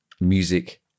Music